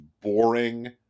boring